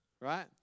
right